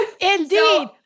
Indeed